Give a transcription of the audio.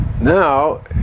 Now